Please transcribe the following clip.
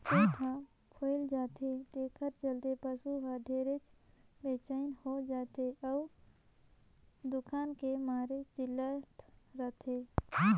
पेट हर फूइल जाथे तेखर चलते पसू हर ढेरे बेचइन हो जाथे अउ दुखान के मारे चिल्लात रथे